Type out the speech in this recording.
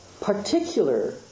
particular